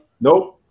Nope